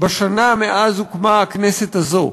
בשנה שמאז הקמת הכנסת הזאת?